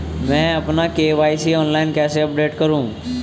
मैं अपना KYC online कैसे अपडेट करूँ?